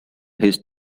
his